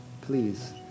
Please